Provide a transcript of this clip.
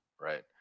right